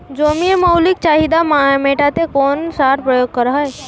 জমির মৌলিক চাহিদা মেটাতে কোন সার প্রয়োগ করা হয়?